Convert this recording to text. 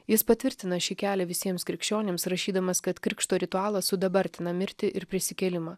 jis patvirtina šį kelią visiems krikščionims rašydamas kad krikšto ritualas sudabartina mirtį ir prisikėlimą